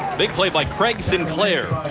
big play by craig sinclair.